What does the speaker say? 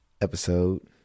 episode